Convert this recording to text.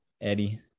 Eddie